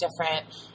different